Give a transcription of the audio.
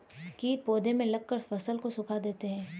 कीट पौधे में लगकर फसल को सुखा देते हैं